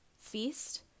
feast